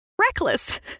reckless